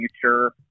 future